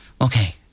Okay